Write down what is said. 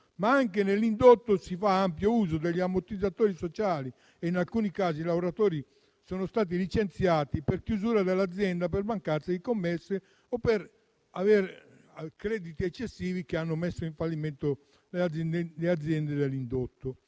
anche nell'indotto si fa ampio uso degli ammortizzatori sociali e in alcuni casi i lavoratori sono stati licenziati per chiusura dell'azienda per mancanza di commesse per crediti eccessivi che hanno messo in fallimento le aziende dell'indotto.